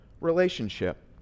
relationship